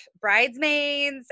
bridesmaids